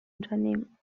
unternehmen